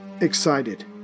excited